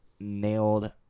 nailed